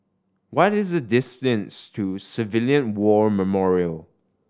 what is the distance to Civilian War Memorial